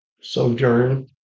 Sojourn